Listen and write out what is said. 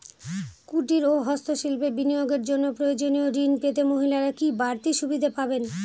কুটীর ও হস্ত শিল্পে বিনিয়োগের জন্য প্রয়োজনীয় ঋণ পেতে মহিলারা কি বাড়তি সুবিধে পাবেন?